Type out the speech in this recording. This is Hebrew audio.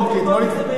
בוא נבדוק את זה ביחד,